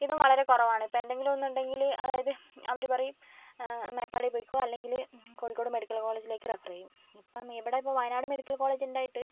ഇതും വളരെ കുറവാണ് ഇപ്പം എന്തെങ്കിലുമൊന്ന് ഉണ്ടെങ്കിൽ അതായത് അവർ പറയും മേപ്പാടി പൊയ്ക്കോ അല്ലെങ്കിൽ കോഴിക്കോട് മെഡിക്കൽ കോളേജിലേക്ക് റെഫർ ചെയ്യും ഇപ്പം ഇവിടെ ഇപ്പോൾ വയനാട് മെഡിക്കൽ കോളേജ് ഉണ്ടായിട്ട്